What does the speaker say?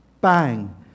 Bang